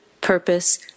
purpose